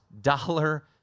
dollar